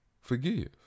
Forgive